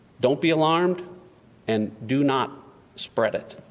dont be alarmed and do not spread it.